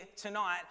tonight